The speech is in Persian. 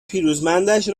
پیروزمندش